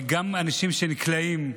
גם אנשים שנקלעים,